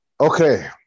okay